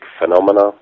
phenomena